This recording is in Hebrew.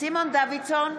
סימון דוידסון,